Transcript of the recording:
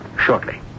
shortly